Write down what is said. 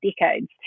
decades